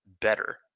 better